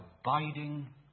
abiding